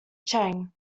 chang